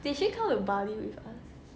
did she come to bali with us